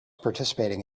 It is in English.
participating